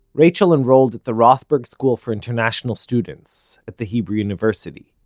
rachael enrolled at the rothberg school for international students at the hebrew university.